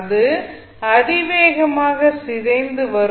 அது அதிவேகமாக சிதைந்து வரும்